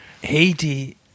Haiti